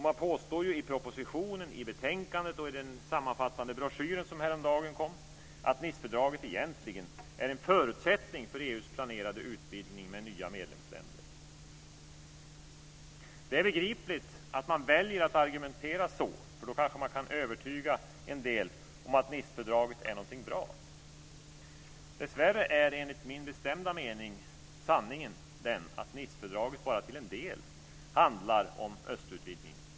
Man påstår i propositionen, i betänkandet och i den sammanfattande broschyren som kom häromdagen att Nicefördraget egentligen är en förutsättning för EU:s planerade utvidgning med nya medlemsländer. Det är begripligt att man väljer att argumentera så, för då kanske man kan övertyga en del om att Nicefördraget är något bra. Dessvärre är, enligt min bestämda mening, sanningen att Nicefördraget bara till en del handlar om östutvidgningen.